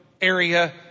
area